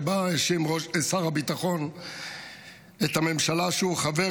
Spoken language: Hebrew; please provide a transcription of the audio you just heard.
שבה האשים שר הביטחון את הממשלה שהוא חבר